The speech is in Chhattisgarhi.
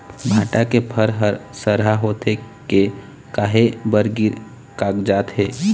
भांटा के फर हर सरहा होथे के काहे बर गिर कागजात हे?